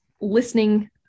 listening